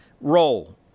role